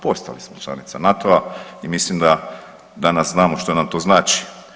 Postali smo članica NATO-a i mislim da danas znamo što nam to znači.